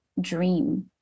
dream